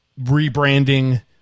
rebranding